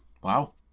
Wow